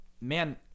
man